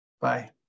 Bye